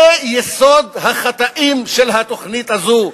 זה יסוד החטאים של התוכנית הזאת,